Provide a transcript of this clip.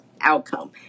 outcome